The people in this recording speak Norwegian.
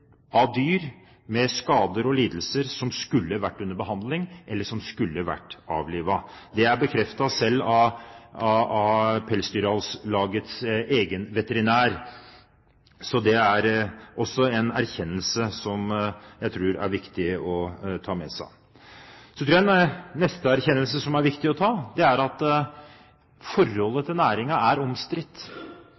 dyr med skader og lidelser som skulle ha vært under behandling, eller dyr som skulle ha vært avlivet. Det er bekreftet selv av Pelsdyralslagets egen veterinær, så det er også en erkjennelse som jeg tror det er viktig å ta med seg. Den neste erkjennelsen som jeg tror det er viktig å komme til, er at forholdet